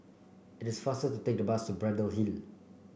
it is faster to take the bus Braddell Hill